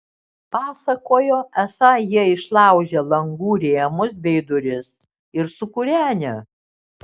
pasakojo esą jie išlaužę langų rėmus bei duris ir sukūrenę